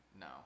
no